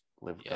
live